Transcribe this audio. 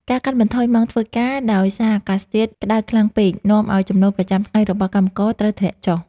ការកាត់បន្ថយម៉ោងធ្វើការដោយសារអាកាសធាតុក្ដៅខ្លាំងពេក នាំឱ្យចំណូលប្រចាំថ្ងៃរបស់កម្មករត្រូវធ្លាក់ចុះ។